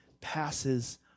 passes